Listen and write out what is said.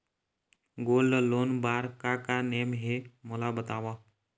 Gold loan बार का का नेम हे, मोला बताव?